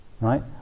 right